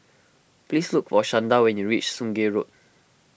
please look for Shanda when you reach Sungei Road